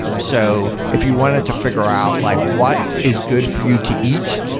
so if you wanted to figure out like what is good for you to eat.